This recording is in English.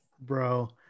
Bro